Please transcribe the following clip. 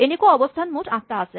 এনেকুৱা অৱস্হান মুঠ আঠটা আছে